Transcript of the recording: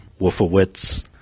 Wolfowitz